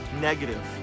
negative